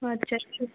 আচ্ছা ঠিক